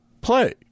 play